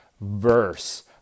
verse